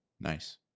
nice